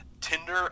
Tinder